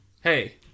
Hey